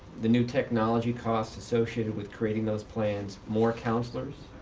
the new technology costs associated with creating those plans, more counselors,